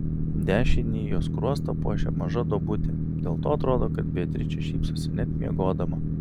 dešinįjį jos skruostą puošia maža duobutė dėl to atrodo kad beatričė šypsosi net miegodama